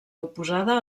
oposada